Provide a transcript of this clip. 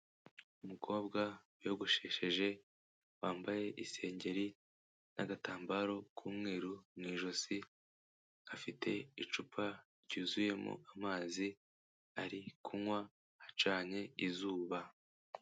Umukobwa wiyogoshesheje wambaye isengeri n'agatambaro k'umweru mu ijosi, afite icupa ryuzuyemo amazi ari kunywa hacanye izuba.